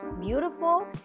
beautiful